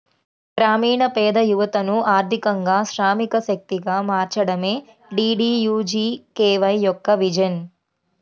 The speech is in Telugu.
గ్రామీణ పేద యువతను ఆర్థికంగా శ్రామిక శక్తిగా మార్చడమే డీడీయూజీకేవై యొక్క విజన్